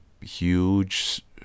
huge